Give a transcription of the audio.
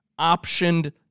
optioned